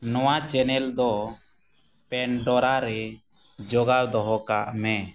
ᱱᱚᱣᱟ ᱪᱮᱱᱮᱞ ᱫᱚ ᱯᱮᱱᱰᱚᱨᱟ ᱨᱮ ᱡᱚᱜᱟᱣ ᱫᱚᱦᱚ ᱠᱟᱜ ᱢᱮ